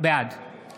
בעד